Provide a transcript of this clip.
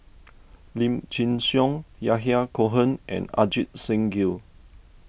Lim Chin Siong Yahya Cohen and Ajit Singh Gill